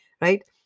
Right